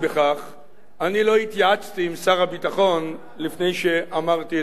אני לא התייעצתי שם שר הביטחון לפני שאמרתי את הדברים האלה כאן.